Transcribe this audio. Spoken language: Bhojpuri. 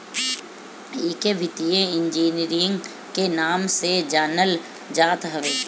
एके वित्तीय इंजीनियरिंग के नाम से जानल जात हवे